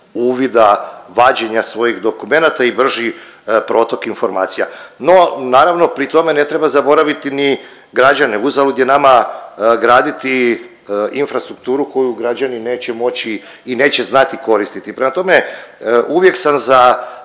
uvida vađenja svojih dokumenata i brži protok informacija. No, naravno pri tome ne treba zaboraviti ni građane. Uzalud je nama graditi infrastrukturu koju građani neće moći i neće znati koristiti. Prema tome, uvijek sam za